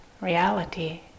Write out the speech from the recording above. reality